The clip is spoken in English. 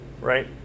right